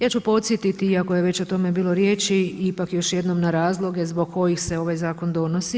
Ja ću podsjetiti iako je već o tome bilo riječi, ipak još jednom na razloge zbog kojih se ovaj zakon donosi.